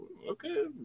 Okay